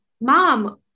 mom